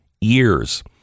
years